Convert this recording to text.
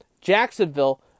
Jacksonville